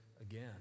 again